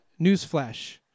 newsflash